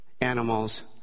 animals